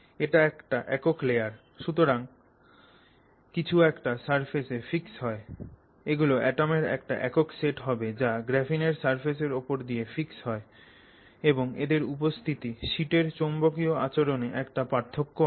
এটা একটা একক লেয়ার সুতরাং কিছু একটা সারফেসে ফিক্স হয় এগুলো অ্যাটমের একটা একক সেট হবে যা গ্রাফিনের সারফেসের ওপর ফিক্স হয় এবং এদের উপস্থিতি শিটের চৌম্বকীয় আচরণে একটা পার্থক্য আনে